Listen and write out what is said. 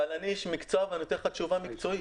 אבל אני איש מקצוע ואני אתן לך תשובה מקצועית: